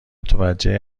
متوجه